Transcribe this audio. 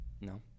No